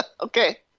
Okay